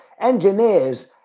engineers